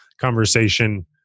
conversation